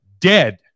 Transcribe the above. dead